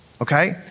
okay